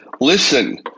listen